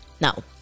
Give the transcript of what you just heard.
Now